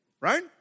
right